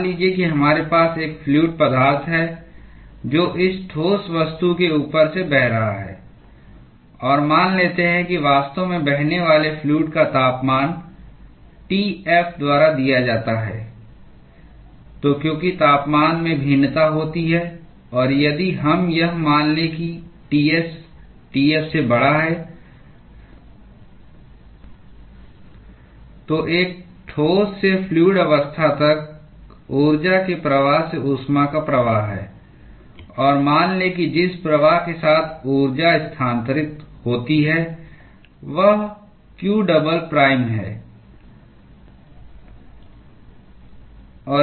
मान लीजिए कि हमारे पास एक फ्लूअड पदार्थ है जो इस ठोस वस्तु के ऊपर से बह रहा है और मान लेते हैं कि वास्तव में बहने वाले फ्लूअड का तापमान T f द्वारा दिया जाता है तो क्योंकि तापमान में भिन्नता होती है और यदि हम यह मान लें कि T s T f से बड़ा है तो एक ठोस से फ्लूअड अवस्था तक ऊर्जा के प्रवाह से ऊष्मा का प्रवाह है और मान लें कि जिस प्रवाह के साथ ऊर्जा स्थानांतरित होती है वह q डबल प्राइम है